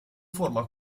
forma